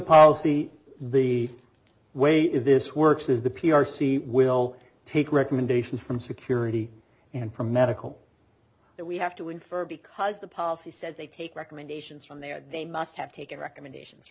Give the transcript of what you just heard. policy the way this works is the p r c will take recommendations from security and from medical that we have to infer because the policy says they take recommendations from there they must have taken recommendations